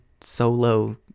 solo